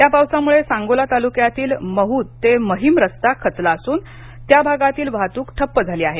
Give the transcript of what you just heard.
या पावसामुळे सांगोला तालुक्यातील महुद ते महिम रस्ता खचला असून त्या भागातील वाहतुक ठप्प झाली आहे